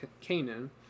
Canaan